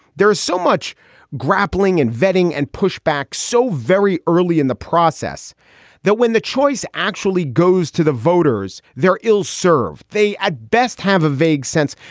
there is so much grappling and vetting and pushback so very early in the process that when the choice actually goes to the voters, they're ill served. they at best have a vague sense.